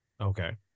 Okay